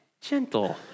Gentle